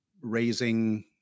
raising